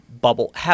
bubble